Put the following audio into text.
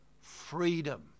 freedom